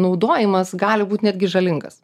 naudojimas gali būt netgi žalingas